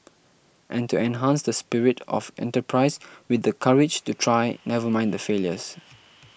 and to enhance the spirit of enterprise with the courage to try never mind the failures